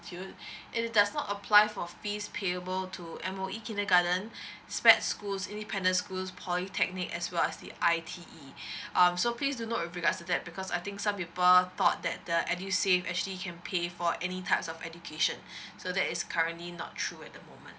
institute it does not apply for fees payable to M_O_E kindergarten S_P_E_D schools independent schools polytechnic as well as the I_T_E um so please do note with regards to that because I think some people thought that the edusave actually can pay for any types of education so that is currently not true at the moment